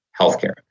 healthcare